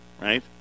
Right